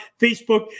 Facebook